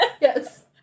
Yes